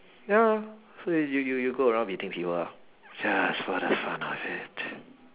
ya so you you you go around beating people up just for the fun of it